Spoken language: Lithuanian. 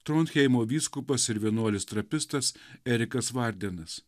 tronheimo vyskupas ir vienuolis trapistas erikas vardinas